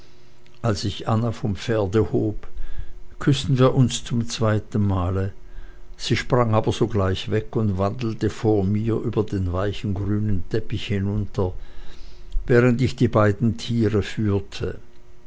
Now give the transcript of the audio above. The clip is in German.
als ich anna vom pferde hob küßten wir uns zum zweiten male sie sprang aber sogleich weg und wandelte vor mir über den weichen grünen teppich hinunter während ich die beiden tiere führte